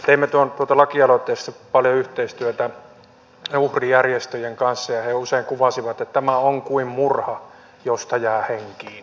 teimme tuossa lakialoitteessa paljon yhteistyötä uhrijärjestöjen kanssa ja he usein kuvasivat että tämä on kuin murha josta jää henkiin